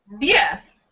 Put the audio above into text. Yes